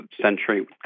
century